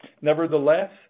Nevertheless